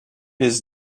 his